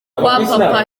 papa